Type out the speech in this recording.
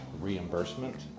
reimbursement